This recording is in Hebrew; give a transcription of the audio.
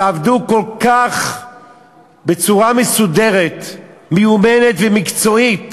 שעבדו בצורה כל כך מסודרת, מיומנת ומקצועית